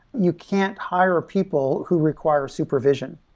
you can't hire people who require supervision.